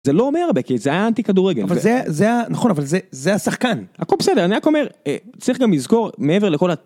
זה לא אומר בקיצר זה היה אנטי כדורגל זה זה נכון אבל זה זה השחקן אני רק אומר צריך גם לזכור מעבר לכל.